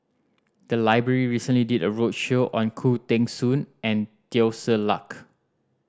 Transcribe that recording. the library recently did a roadshow on Khoo Teng Soon and Teo Ser Luck